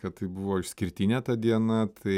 kad tai buvo išskirtinė ta diena tai